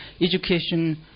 education